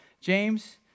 James